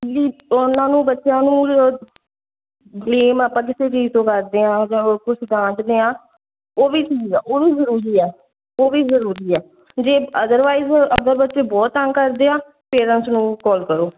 ਵੀ ਉਹਨਾਂ ਨੂੰ ਬੱਚਿਆਂ ਨੂੰ ਬਲੇਮ ਆਪਾਂ ਕਿਸੇ ਚੀਜ਼ ਤੋਂ ਕਰਦੇ ਹਾਂ ਜਾਂ ਹੋਰ ਕੁਛ ਡਾਂਟਦੇ ਹਾਂ ਉਹ ਵੀ ਠੀਕ ਆ ਉਹ ਵੀ ਜ਼ਰੂਰੀ ਆ ਉਹ ਵੀ ਜ਼ਰੂਰੀ ਆ ਜੇ ਅਦਰਵਾਈਜ਼ ਅਗਰ ਬੱਚੇ ਬਹੁਤ ਤੰਗ ਕਰਦੇ ਆ ਪੇਰੈਂਟਸ ਨੂੰ ਕੋਲ ਕਰੋ